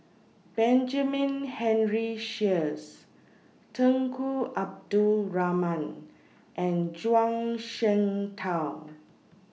Benjamin Henry Sheares Tunku Abdul Rahman and Zhuang Shengtao